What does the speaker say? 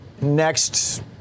next